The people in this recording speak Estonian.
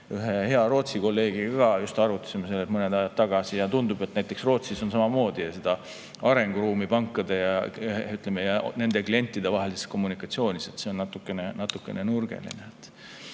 ühe hea Rootsi kolleegiga just arutasime seda mõned ajad tagasi ja tundub, et näiteks Rootsis on samamoodi arenguruumi pankade ja nende klientide vahelises kommunikatsioonis. See on natukene nurgeline.